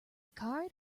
card